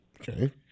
Okay